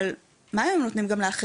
אבל מה אם הם נותנים גם לאחרים?